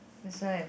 that's why